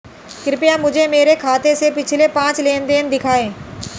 कृपया मुझे मेरे खाते से पिछले पांच लेनदेन दिखाएं